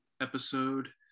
episode